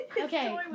Okay